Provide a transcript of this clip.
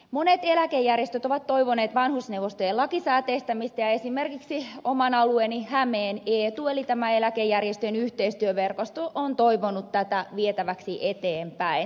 monet eläkejärjestöt ovat toivoneet vanhusneuvostojen lakisääteistämistä ja esimerkiksi oman alueeni hämeen eetu eli tämä eläkejärjestöjen yhteistyöverkosto on toivonut tätä vietäväksi eteenpäin